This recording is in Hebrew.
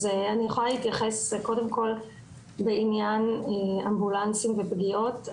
אז אני יכולה להתייחס בעניין אמבולנסים ופגיעות,